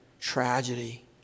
tragedy